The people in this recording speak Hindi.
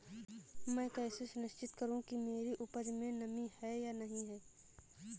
मैं कैसे सुनिश्चित करूँ कि मेरी उपज में नमी है या नहीं है?